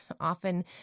Often